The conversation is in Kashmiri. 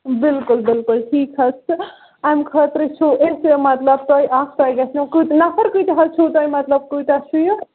بِلکُل بِلکُل ٹھیٖک حظ چھِ أمۍ خٲطرٕ چھِ أسۍ مطلب تۄہہِ اَکھ تۄہہِ گژھیو نَفر کۭتیٛاہ حظ چھِ تۄہہِ مطلب کۭتیٛاہ چھُ یہِ